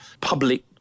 public